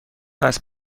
اسب